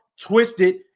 twisted